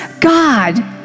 God